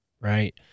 right